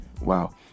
wow